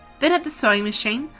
then at the sewing machine,